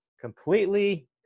Completely